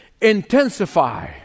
intensify